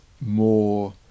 more